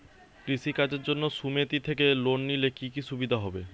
কৃষি কাজের জন্য সুমেতি থেকে লোন নিলে কি কি সুবিধা হবে?